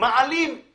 אם זה סמים,